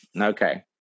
Okay